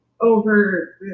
over